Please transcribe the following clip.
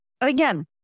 again